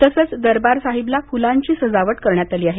तसंच दरबार साहिबला फुलांची सजावट करण्यात आली आहे